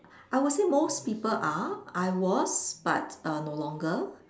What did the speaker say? I would say most people are I was but uh no longer